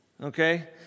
Okay